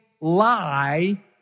lie